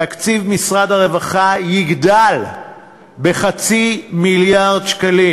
תקציב משרד הרווחה יגדל בחצי מיליארד שקלים